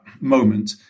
moment